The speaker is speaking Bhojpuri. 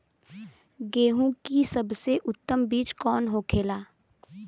गेहूँ की सबसे उत्तम बीज कौन होखेला?